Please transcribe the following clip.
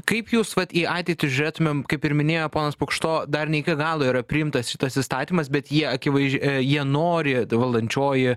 kaip jūs vat į ateitį žiūrėtumėm kaip ir minėjo ponas pukšto dar ne iki galo yra priimtas šitas įstatymas bet jie akivaizdžiai jie nori tai valdančioji